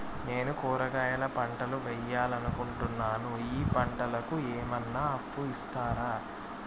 నేను కూరగాయల పంటలు వేయాలనుకుంటున్నాను, ఈ పంటలకు ఏమన్నా అప్పు ఇస్తారా?